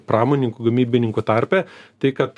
pramoninkų gamybininkų tarpe tai kad